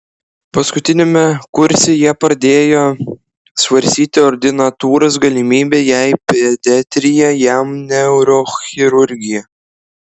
paskutiniame kurse jie pradėjo svarstyti ordinatūros galimybę jai pediatrija jam neurochirurgija